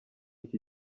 iki